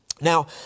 Now